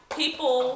people